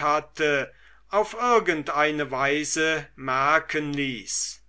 hatte auf irgend eine weise merken ließ